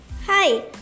Hi